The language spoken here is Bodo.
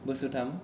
बोसोरथाम